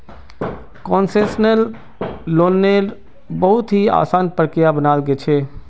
concessional लोन्नेर बहुत ही असान प्रक्रिया बनाल गेल छे